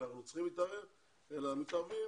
אלא מתערבים